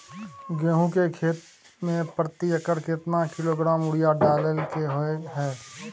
गेहूं के खेती में प्रति एकर केतना किलोग्राम यूरिया डालय के होय हय?